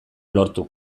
lortu